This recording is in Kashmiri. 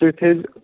تُہۍ تھٲیزیو